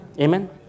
Amen